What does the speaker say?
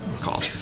call